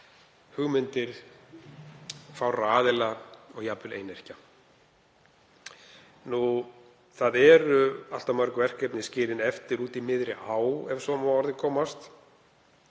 hugmyndir fárra aðila og jafnvel einyrkja. Það eru allt of mörg verkefni skilin eftir úti í miðri á, ef svo má að orði komast.